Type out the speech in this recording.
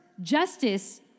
justice